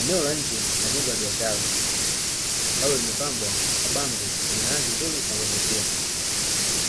Eneo la nje la jengo la biashara, ambalo limepambwa kwa bango lenye rangi nzuri zinazovutia.